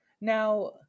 Now